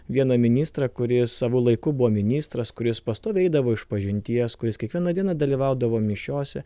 vieną ministrą kuris savu laiku buvo ministras kuris pastoviai eidavo išpažinties kuris kiekvieną dieną dalyvaudavo mišiose